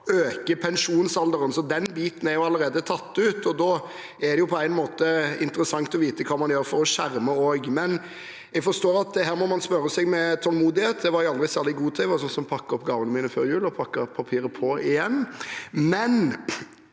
øke pensjonsalderen, så den biten er allerede tatt ut. Da er det interessant å vite hva man gjør for å skjerme også, men jeg forstår at her må man smøre seg med tålmodighet. Det var jeg aldri særlig god til – jeg var en som pakket opp gavene mine før jul, og pakket papiret på igjen. Er